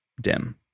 dim